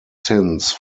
since